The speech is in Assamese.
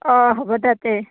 অঁ হ'ব তাতে